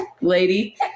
lady